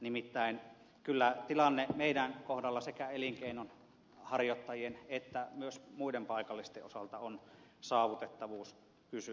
nimittäin kyllä tilanne meidän kohdallamme sekä elinkeinon harjoittajien että myös muiden paikallisten osalta on saavutettavuuskysymys